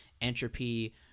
entropy